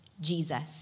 Jesus